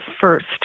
first